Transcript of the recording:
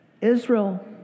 Israel